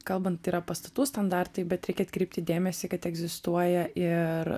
kalbant yra pastatų standartai bet reikia atkreipti dėmesį kad egzistuoja ir